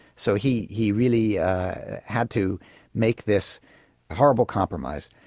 so he he really had to make this horrible compromise.